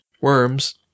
Worms